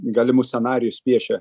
galimus scenarijus piešia